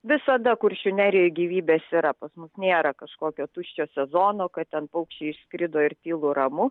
visada kuršių nerijoj gyvybės yra pas mus nėra kažkokio tuščio sezono kad ten paukščiai išskrido ir tylu ramu